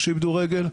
או שאיבדו רגל,